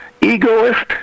Egoist